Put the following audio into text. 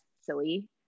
silly